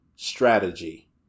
strategy